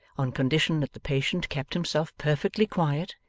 on condition that the patient kept himself perfectly quiet,